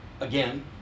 again